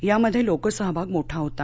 यामध्ये लोकसहभाग मोठा होता